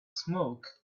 smoke